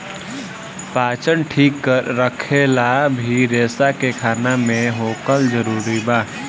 पाचन ठीक रखेला भी रेसा के खाना मे होखल जरूरी बा